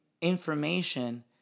information